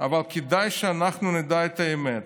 אבל כדאי שאנחנו נדע את האמת.